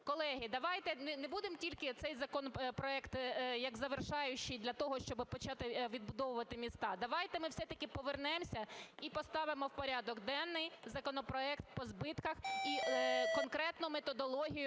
колеги, давайте не будемо тільки цей законопроект як завершальний для того, щоб почати відбудовувати міста, давайте ми все-таки повернемося і поставимо в порядок денний законопроект по збитках і конкретно методологію,